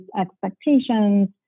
expectations